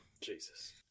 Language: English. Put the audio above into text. Jesus